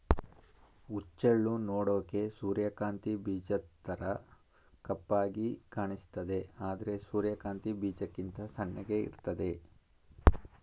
ಹುಚ್ಚೆಳ್ಳು ನೋಡೋಕೆ ಸೂರ್ಯಕಾಂತಿ ಬೀಜದ್ತರ ಕಪ್ಪಾಗಿ ಕಾಣಿಸ್ತದೆ ಆದ್ರೆ ಸೂರ್ಯಕಾಂತಿ ಬೀಜಕ್ಕಿಂತ ಸಣ್ಣಗೆ ಇರ್ತದೆ